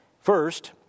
first